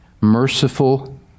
merciful